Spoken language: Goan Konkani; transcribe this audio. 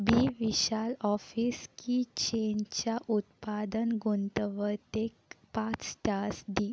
बी विशाल ऑफीस की चेनच्या उत्पादन गुंतवतेक पांच स्टार्स दी